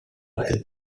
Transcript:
help